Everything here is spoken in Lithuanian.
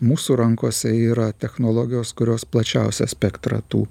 mūsų rankose yra technologijos kurios plačiausią spektrą tų